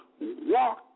walk